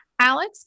Alex